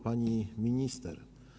Pani Minister!